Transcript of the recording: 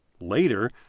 Later